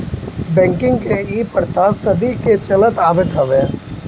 banking के इ प्रथा सदी के चलत आवत हवे